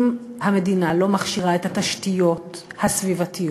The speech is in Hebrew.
אם המדינה לא מכשירה את התשתיות הסביבתיות,